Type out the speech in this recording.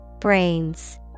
Brains